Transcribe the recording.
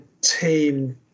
team